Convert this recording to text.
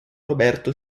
roberto